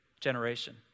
generation